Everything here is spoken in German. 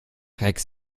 rex